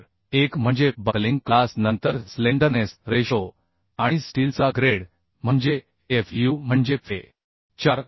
तर एक म्हणजे बकलिंग क्लास नंतर स्लेंडरनेस रेशो आणि स्टीलचा ग्रेड म्हणजे fu म्हणजे fe